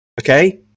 okay